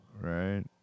Right